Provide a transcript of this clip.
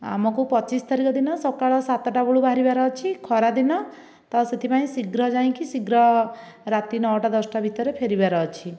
ଆମକୁ ପଚିଶ ତାରିଖ ଦିନ ସକାଳ ସାତଟା ବେଳୁ ବାହାରିବାର ଅଛି ଖରା ଦିନ ତ ସେଥିପାଇଁ ଶୀଘ୍ର ଯାଇକି ଶୀଘ୍ର ରାତି ନଅଟା ଦଶଟା ଭିତରେ ଫେରିବାର ଅଛି